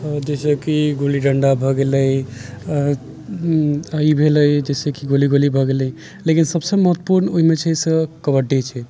जैसेकि गुल्ली डंडा भए गेलै ई भेलै जैसेकि गोली गोली भए गेलै लेकिन सबसे महत्वपूर्ण ओहिमे छै से कबड्डी छै